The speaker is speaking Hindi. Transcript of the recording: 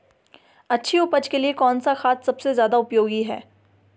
अच्छी उपज के लिए कौन सा खाद सबसे ज़्यादा उपयोगी है?